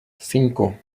cinco